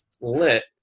lit